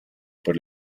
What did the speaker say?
per